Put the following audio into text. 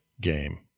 Game